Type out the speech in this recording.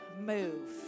Move